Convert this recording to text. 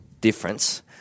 Difference